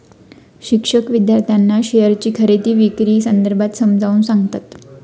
शिक्षक विद्यार्थ्यांना शेअरची खरेदी विक्री संदर्भात समजावून सांगतील